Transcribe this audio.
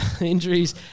injuries